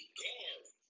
guard